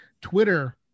Twitter